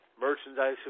merchandise